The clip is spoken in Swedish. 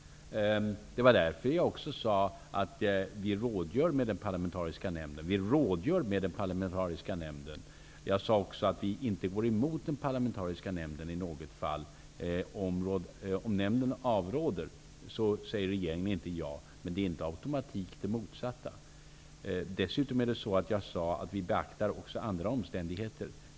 Det var därför jag också sade att vi rådgör med den parlamentariska nämnden. Jag sade också att vi inte går emot den parlamentariska nämnden i något fall om nämnden avråder. Då säger regeringen inte ja. Men det innebär inte med automatik det motsatta. Dessutom sade jag att vi också beaktar andra omständigheter.